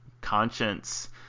conscience